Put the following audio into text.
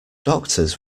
doctors